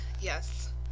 Yes